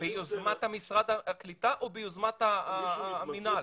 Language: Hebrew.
ביוזמת משרד הקליטה או ביוזמת המינהל?